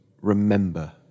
remember